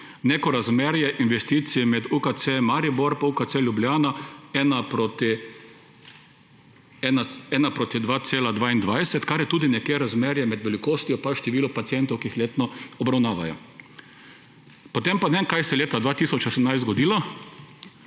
neko razmerje investicije med UKC Maribor pa UKC Ljubljana 1 : 2,22, kar je tudi nekje razmerje med velikostjo pa številom pacientov, ki jih letno obravnavajo. Potem pa ne vem, kaj se je leta 2018 zgodilo,